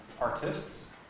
artists